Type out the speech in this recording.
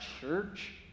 church